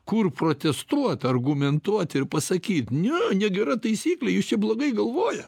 kur protestuot argumentuot ir pasakyt ne negera taisyklė jūs čia blogai galvoja